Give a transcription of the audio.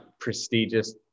prestigious